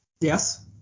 Yes